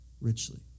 richly